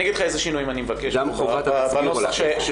אני אגיד לך איזה שינויים אני מבקש בנוסח שלפחות